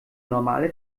normale